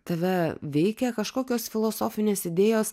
tave veikia kažkokios filosofinės idėjos